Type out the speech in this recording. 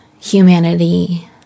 humanity